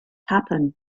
happen